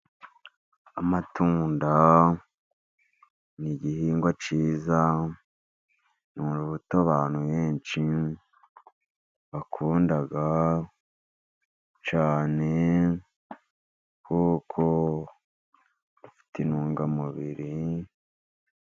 Amatunda ni igihingwa cyiza. N'imbuto abantu benshi bakunda cyane , kuko zifite intungamubiri.